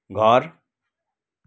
घर